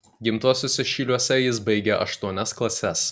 gimtuosiuose šyliuose jis baigė aštuonias klases